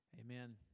Amen